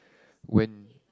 when